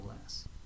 less